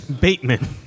Bateman